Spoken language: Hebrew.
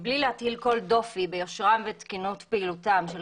מבלי להטיל כל דופי ביושרם ובתקינות פעילותם של